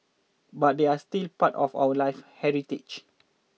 but they're still part of our live heritage